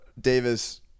Davis